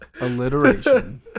alliteration